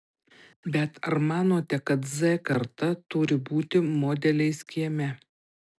bet ar manote kad z karta turi būti modeliais kieme